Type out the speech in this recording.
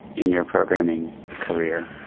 in your programming career.